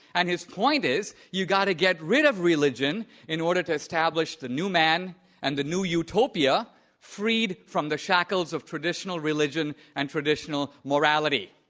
and his point is you've got to get rid of religion in order to establish the new man and the new utopia freed from the shackles of traditional religion and traditional morality.